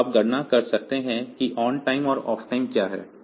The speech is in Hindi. तो आप गणना कर सकते हैं कि ऑनटाइम और ऑफटाइम क्या है